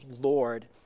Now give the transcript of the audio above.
Lord